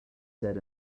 said